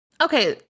Okay